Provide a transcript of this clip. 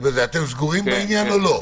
אתם סגורים בעניין או לא?